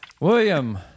William